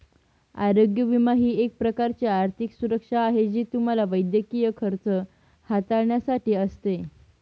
आरोग्य विमा ही एक प्रकारची आर्थिक सुरक्षा आहे जी तुम्हाला वैद्यकीय खर्च हाताळण्यासाठी असते